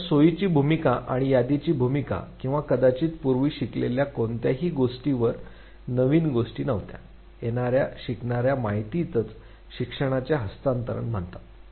तर सोयीची भूमिका किंवा यादीची भूमिका किंवा कदाचित पूर्वी शिकलेल्या कोणत्याही गोष्टीवर नवीन गोष्टी नव्हत्या येणाऱ्या शिकणाऱ्या माहितीसच शिक्षणाचे हस्तांतरण म्हणतात